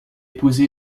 épousé